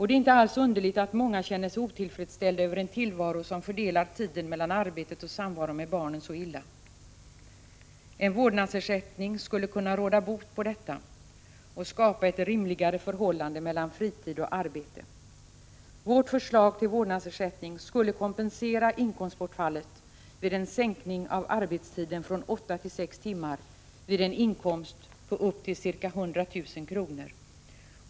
Det är inte alls underligt att många känner sig otillfredsställda över den tillvaro som fördelar tiden mellan arbetet och samvaron med barnen så illa. En vårdnadsersättning skulle kunna råda bot på detta och skapa ett rimligare förhållande mellan fritid och arbete. Vårt förslag till vårdnadsersättning skulle kompensera inkomstbortfallet vid en sänkning av arbetstiden från åtta till sex timmar vid en inkomst på upp till ca 100 000 kr.